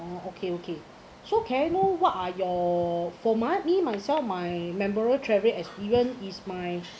okay okay so can I know what are your for my me myself my memorial travel experience is my